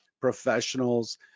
professionals